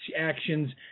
actions